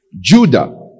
Judah